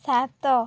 ସାତ